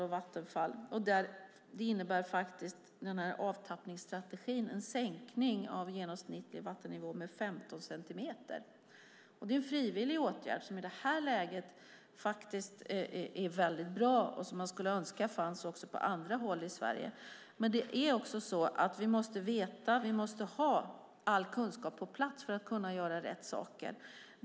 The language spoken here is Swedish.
Denna avtappningsstrategi innebär faktiskt en sänkning av genomsnittlig vattennivå med 15 centimeter. Detta är en frivillig åtgärd som i detta läge faktiskt är mycket bra och som man skulle önska fanns även på andra håll i Sverige. Men vi måste ha all kunskap på plats för att kunna göra rätt saker.